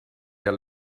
der